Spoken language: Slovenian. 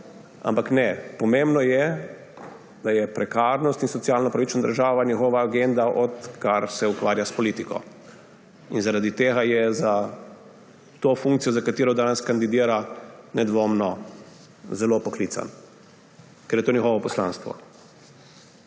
Ampak ne, pomembno je, da sta prekarnost in socialno pravična država njegova agenda, odkar se ukvarja s politiko. In zaradi tega je za to funkcijo, za katero danes kandidira, nedvomno zelo poklican, ker je to njegovo poslanstvo.